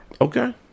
Okay